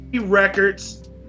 Records